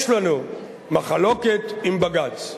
יש לנו מחלוקת עם בג"ץ.